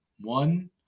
One